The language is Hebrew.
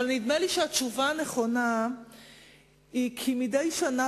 אבל נדמה לי שהתשובה הנכונה היא כי מדי שנה